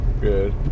Good